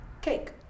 cake